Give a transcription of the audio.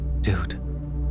Dude